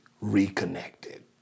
reconnected